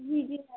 जी जी आए